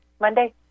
Monday